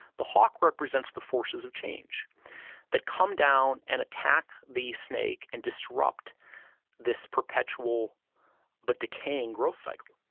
the hawk represents the forces of change that come down and attack the snake and disrupt this perpetual but decaying growth cycle.